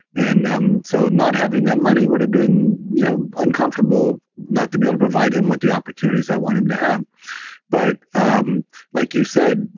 and um so not having that money would have been you know uncomfortable, not to be able to provide him with the opportunities i want him to have but um like you said,